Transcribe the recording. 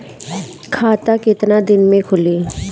खाता कितना दिन में खुलि?